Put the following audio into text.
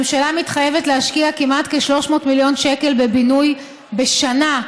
הממשלה מתחייבת להשקיע כמעט 300 מיליון שקל בבינוי בשנה,